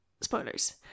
spoilers